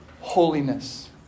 holiness